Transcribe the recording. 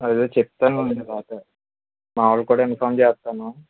అదే చెప్తాను ఆయనకు అయితే మా వాళ్ళకు కూడా ఇన్ఫామ్ చేస్తాను